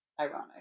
ironic